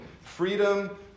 freedom